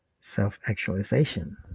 self-actualization